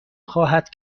خواهد